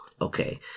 Okay